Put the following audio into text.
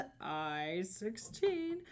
I-16